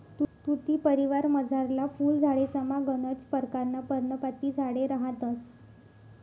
तुती परिवारमझारला फुल झाडेसमा गनच परकारना पर्णपाती झाडे रहातंस